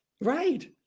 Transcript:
Right